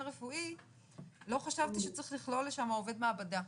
רפואי לא חשבתי שצריך לכלול שם עובד מעבדה.